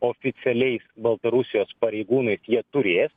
oficialiais baltarusijos pareigūnais jie turės